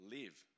live